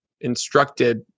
instructed